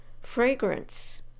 fragrance